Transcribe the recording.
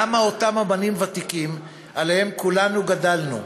למה אותם אמנים ותיקים, שעליהם כולנו גדלנו,